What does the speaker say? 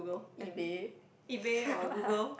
eBay